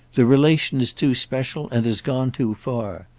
the relation is too special and has gone too far.